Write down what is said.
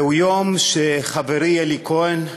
זהו יום שחברי אלי כהן,